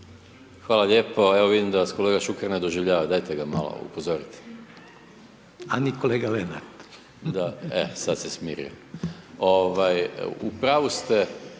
Hvala lijepo. Evo vidim da vas kolega Šuker ne doživljava, dajte ga malo upozorite. .../Upadica: A ni kolega Lenart. /... da, evo sad se smirio, u pravi ste